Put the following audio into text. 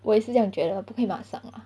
我也是这样觉得不可以马上